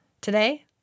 Today